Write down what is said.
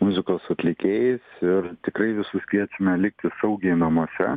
muzikos atlikėjais ir tikrai visus kviečiame likti saugiai namuose